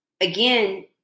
again